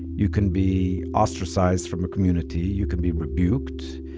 you can be ostracized from a community. you can be rebuked.